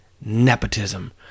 Nepotism